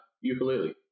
ukulele